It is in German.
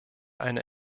eine